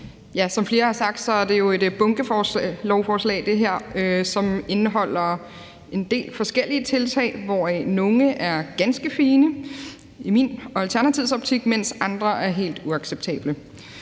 Som flere har sagt, er det her jo et bunkelovforslag, som indeholder en del forskellige tiltag, hvoraf nogle er ganske fine i min og Alternativets optik, mens andre er helt uacceptable.